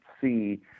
see